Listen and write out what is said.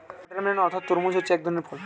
watermelon অর্থাৎ তরমুজ হচ্ছে এক ধরনের ফল